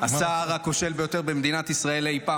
-- מכיוון שהשר הכושל ביותר במדינת ישראל אי פעם